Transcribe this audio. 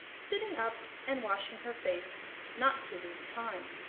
sitting up and washing her face not to lose time.